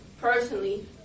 personally